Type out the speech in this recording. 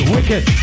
Wicked